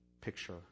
picture